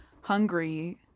Hungry